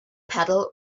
pedal